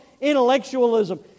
intellectualism